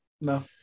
No